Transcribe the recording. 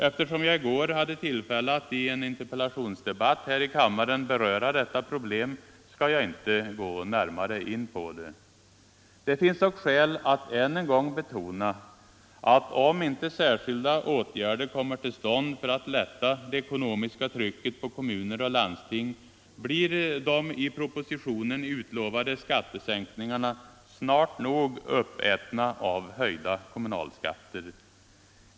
Eftersom jag i går hade tillfälle att i en interpellationsdebatt här i kammaren beröra detta problem skall jag inte gå närmare in på det. Det finns dock skäl att än en gång betona att om inte särskilda åtgärder kommer till stånd för att lätta det ekonomiska trycket på kommuner och landsting blir de i propositionen utlovade skattesänkningarna snart nog uppätna av höjda kommunalskatter.